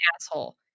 asshole